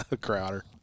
Crowder